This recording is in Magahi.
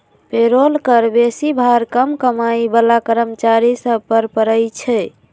पेरोल कर बेशी भार कम कमाइ बला कर्मचारि सभ पर पड़इ छै